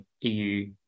EU